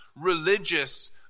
religious